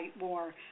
war